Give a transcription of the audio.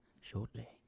shortly